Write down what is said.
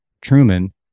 truman